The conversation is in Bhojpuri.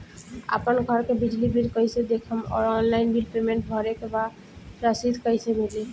आपन घर के बिजली बिल कईसे देखम् और ऑनलाइन बिल पेमेंट करे के बाद रसीद कईसे मिली?